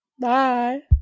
bye